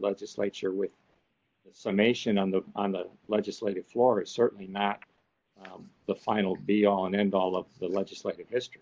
legislature with some nation on the on the legislative floor it's certainly not the final be all and end all of the legislative history